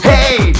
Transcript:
Hey